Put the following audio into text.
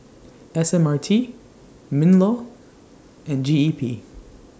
S M R T MINLAW and G E P